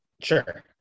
Sure